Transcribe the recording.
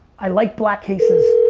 i like black cases.